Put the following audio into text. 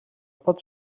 pot